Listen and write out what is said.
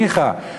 ניחא,